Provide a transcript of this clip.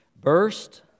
burst